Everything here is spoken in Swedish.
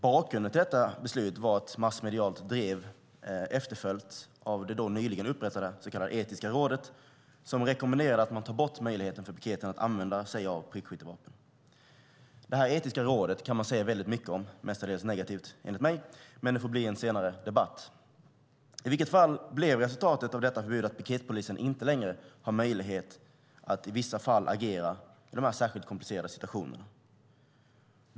Bakgrunden till detta beslut var ett massmedialt drev, efterföljt av att det då nyligen upprättade så kallade Etiska rådet rekommenderade att man skulle ta bort möjligheten för piketen att använda sig av prickskyttevapen. Etiska rådet kan man säga väldigt mycket om, mestadels negativt enligt mig, men det får bli en senare debatt. Resultatet av detta förbud blev att piketpolisen i vissa fall inte längre har möjlighet att agera i särskilt komplicerade situationer.